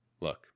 Look